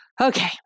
Okay